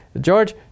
George